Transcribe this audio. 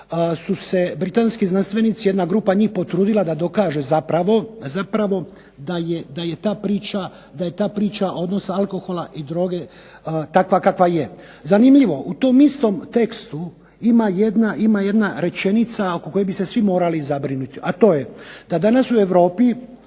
su se britanski znanstvenici, jedna grupa njih, potrudila da dokaže zapravo da je ta priča odnosa alkohola i droge takva kakva je. Zanimljivo u tom istom tekstu ima jedna rečenica oko koje bi se svi morali zabrinuti, a to je da danas u Europi